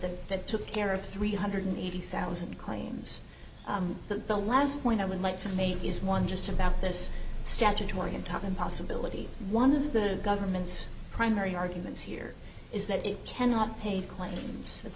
them that took care of three hundred eighty thousand claims but the last point i would like to make is one just about this statutory and talkin possibility one of the government's primary arguments here is that it cannot pay for claims